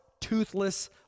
toothless